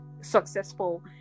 successful